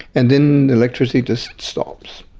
and then electricity just stops,